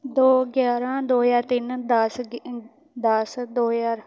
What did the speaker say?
ਦੋ ਗਿਆਰਾਂ ਦੋ ਹਜ਼ਾਰ ਤਿੰਨ ਦਸ ਅ ਦਸ ਦੋ ਹਜ਼ਾਰ